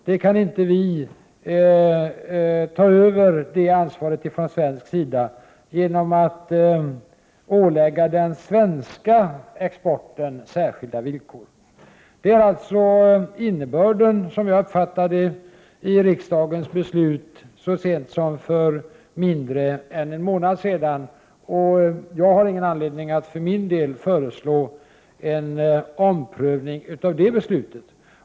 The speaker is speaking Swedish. Vi kan inte från svensk sida ta över det ansvaret genom att ålägga den svenska exporten särskilda villkor. Det är alltså, som jag uppfattar det, innebörden i riksdagens beslut så sent som för mindre än en månad sedan. Jag har ingen anledning att för min del föreslå en omprövning av det beslutet.